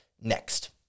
next